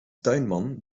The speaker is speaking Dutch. tuinman